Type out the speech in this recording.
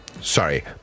Sorry